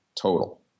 total